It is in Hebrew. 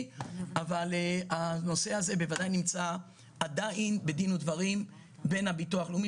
אבל הנושא הזה בוודאי נמצא עדיין בדין ודברים בין הביטוח הלאומי,